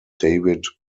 david